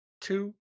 two